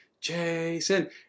Jason